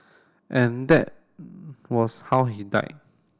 and that was how he died